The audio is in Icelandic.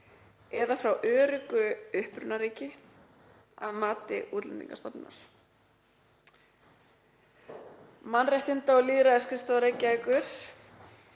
eða frá öruggu upprunaríki að mati Útlendingastofnunar. Mannréttinda- og lýðræðisskrifstofa Reykjavíkur